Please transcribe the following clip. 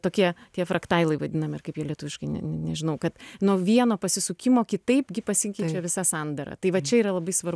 tokie tie fraktailai vadinami ar kaip ji lietuviškai nežinau kad nuo vieno pasisukimo kitaip gi pasikeičia visa sandara tai va čia yra labai sunku